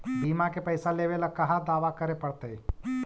बिमा के पैसा लेबे ल कहा दावा करे पड़तै?